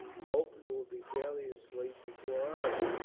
hope you will be fairly asleep before i am.